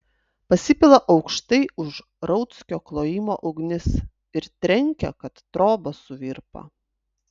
pasipila aukštai už rauckio klojimo ugnis ir trenkia kad trobos suvirpa